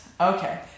Okay